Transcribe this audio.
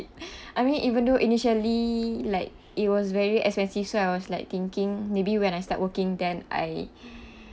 I mean even though initially like it was very expensive so I was like thinking maybe when I start working then I